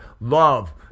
Love